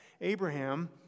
Abraham